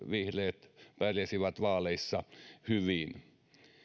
vihreät pärjäsivät vaaleissa hyvin